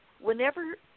whenever